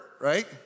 right